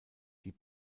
die